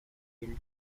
guilty